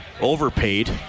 overpaid